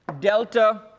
delta